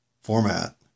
format